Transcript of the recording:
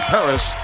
Paris